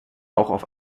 auf